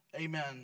amen